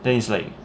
think is like